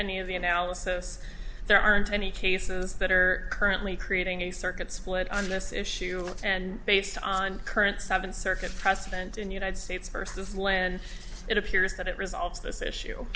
any of the analysis there aren't any cases that are currently creating a circuit split on this issue and based on current seven circuit precedent in united states versus land it appears that it resolve